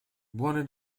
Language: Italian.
buone